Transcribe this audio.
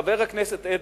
חבר הכנסת אדרי: